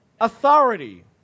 authority